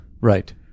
Right